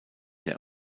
der